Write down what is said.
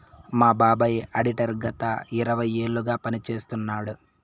మా బాబాయ్ ఆడిటర్ గత ఇరవై ఏళ్లుగా పని చేస్తున్నాడు